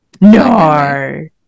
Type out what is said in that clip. No